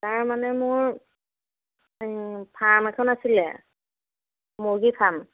তাৰ মানে মোৰ ফাৰ্ম এখন আছিলে মুৰ্গী ফাৰ্ম